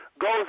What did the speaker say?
goes